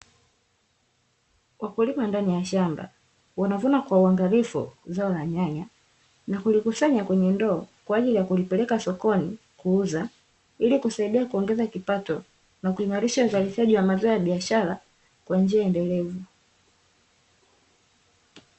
Wakulima ndani ya shamba wanavuna kwa uangalifu zao la nyanya, na kulikusanya kwenye ndoo kwa ajili ya kulipeleka sokoni kuuza, ili kusaidia kuongeza kipato na kuimarisha uzalishaji wa mazao ya biashara kwa njia endelevu.